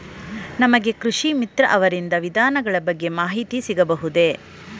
ನಮಗೆ ಕೃಷಿ ಮಿತ್ರ ಅವರಿಂದ ವಿಧಾನಗಳ ಬಗ್ಗೆ ಮಾಹಿತಿ ಸಿಗಬಹುದೇ?